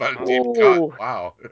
Wow